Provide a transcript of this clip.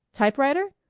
typewriter?